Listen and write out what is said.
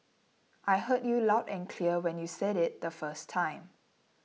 I heard you loud and clear when you said it the first time